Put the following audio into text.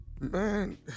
Man